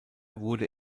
wurde